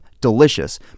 delicious